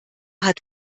hat